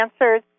answers